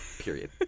period